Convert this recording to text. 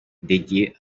dédiées